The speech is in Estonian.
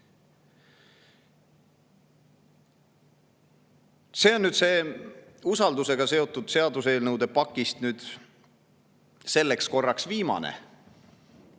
See on nüüd usaldusega seotud seaduseelnõude pakist selleks korraks viimane.